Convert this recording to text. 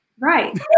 right